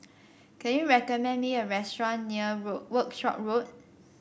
can you recommend me a restaurant near Work Workshop Road